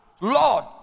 Lord